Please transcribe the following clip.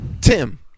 Tim